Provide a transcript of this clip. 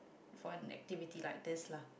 for an activity like this lah